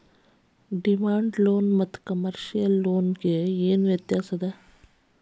Demand loan ಮತ್ತ commercial loan ಗೆ ಏನ್ ವ್ಯತ್ಯಾಸದ?